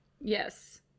Yes